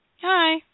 Hi